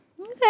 Okay